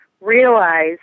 realize